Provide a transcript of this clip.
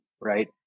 right